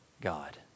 God